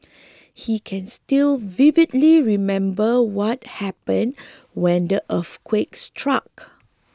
he can still vividly remember what happened when the earthquake struck